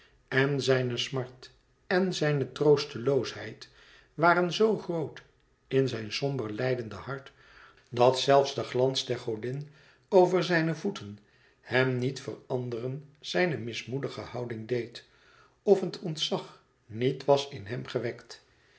en zijne smart en zijne troosteloosheid waren zo groot in zijn somber lijdende hart dat zelfs de glans der godin over zijne voeten hem niet veranderen zijne mismoedige houding deed of het ontzag niet was in hem gewekt